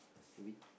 weak